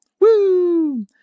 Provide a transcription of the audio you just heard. Woo